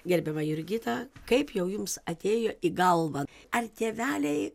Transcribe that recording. gerbiamą jurgitą kaip jau jums atėjo į galvą ar tėveliai